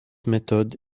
method